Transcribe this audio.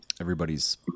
everybody's